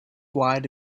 wide